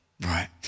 right